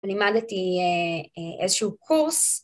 לימדתי איזשהו קורס